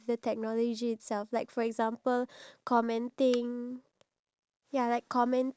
ipad or a tablet that technology itself wouldn't be able to